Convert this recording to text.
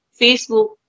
Facebook